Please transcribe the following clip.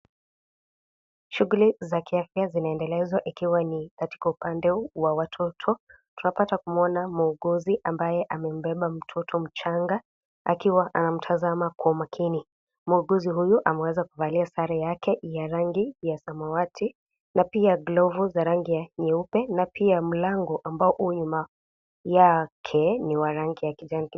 Shughuli za kiafya zinaendelezwa ikiwa ni katika upande wa watoto . Tunapata kumwona muuguzi ambaye amembeba mtoto mchanga akiwa anamtazama kwa makini . Muuguzi huyu ameweza kuvalia sare yake ya rangi ya samawati na pia glovu za rangi ya nyeupe na pia mlango ambao u nyuma yake ni wa rangi ya kijani kibichi.